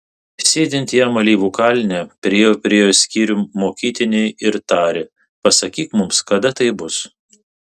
sėdint jam alyvų kalne prie jo priėjo skyrium mokytiniai ir tarė pasakyk mums kada tai bus